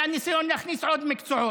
היה ניסיון להכניס עוד מקצועות,